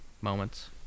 moments